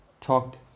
talked